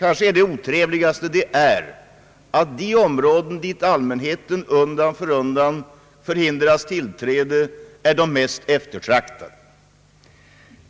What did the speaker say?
Allra otrevligast är kanhända att de områden, till vilka allmänheten un dan för undan förhindras tillträde, är de mest eftertraktade.